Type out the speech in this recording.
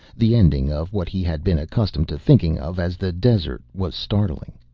the ending of what he had been accustomed to thinking of as the desert was startling.